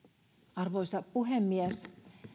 arvoisa puhemies